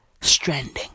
stranding